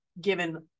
given